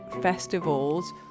festivals